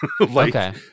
Okay